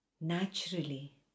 naturally